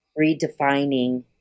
redefining